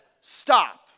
stop